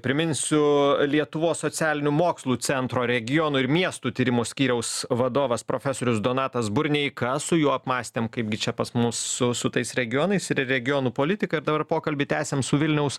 priminsiu lietuvos socialinių mokslų centro regionų ir miestų tyrimų skyriaus vadovas profesorius donatas burneika su juo apmąstėm kaipgi čia pas mus su su tais regionais ir regionų politika ir dabar pokalbį tęsim su vilniaus